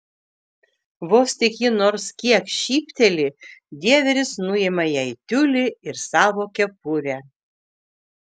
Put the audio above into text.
vos tik ji nors kiek šypteli dieveris nuima jai tiulį ir savo kepurę